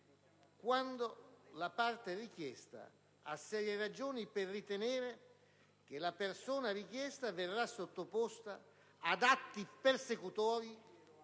«se la Parte richiesta ha serie ragioni per ritenere che la persona richiesta verrà sottoposta ad atti persecutori